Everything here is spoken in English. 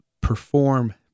perform